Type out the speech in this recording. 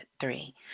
three